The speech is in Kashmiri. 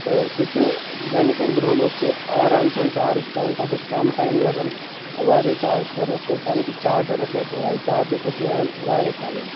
تہٕ سُہ چھُ گۄڈنکٮ۪ن دۄہن اوس سُہ آرام سان چارٕج کران تتھ اوس کم ٹایم لگان واریاہ چارٕج کرنس تہٕ تمہِ کِس چارجرس اوس چارجس اوس نیران واریاہ ٹایم